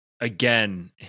again